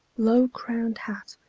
low-crowned hat,